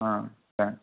ఆ సరే